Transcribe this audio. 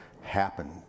happen